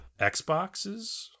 Xboxes